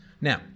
Now